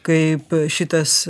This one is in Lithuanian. kaip šitas